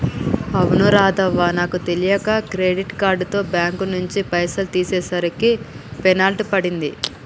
అవును రాధవ్వ నాకు తెలియక క్రెడిట్ కార్డుతో బ్యాంకు నుంచి పైసలు తీసేసరికి పెనాల్టీ పడింది